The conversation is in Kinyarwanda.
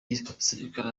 gisirikare